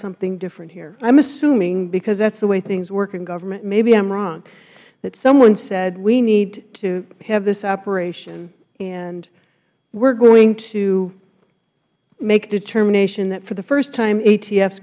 something different here i'm assuming because that's the way things work in government and maybe i'm wrong that someone said we need to have this operation and we're going to make a determination that for the first time a